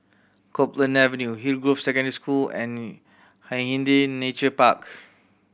Copeland Avenue Hillgrove Secondary School and Hindhede Nature Park